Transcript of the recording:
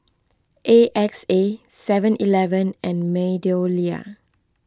A X A Seven Eleven and MeadowLea